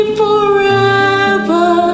forever